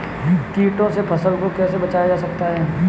कीटों से फसल को कैसे बचाया जा सकता है?